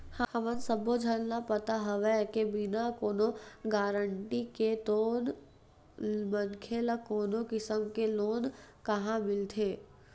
हमन सब्बो झन ल पता हवय के बिना कोनो गारंटर के तो मनखे ल कोनो किसम के लोन काँहा मिलथे